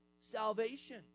Salvation